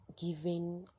given